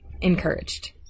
encouraged